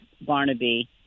Barnaby